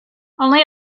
only